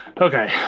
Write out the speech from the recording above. okay